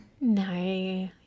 No